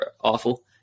Awful